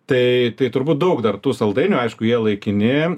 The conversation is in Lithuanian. tai tai turbūt daug dar tų saldainių aišku jie laikini